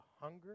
hunger